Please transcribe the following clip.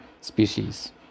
species